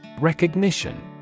Recognition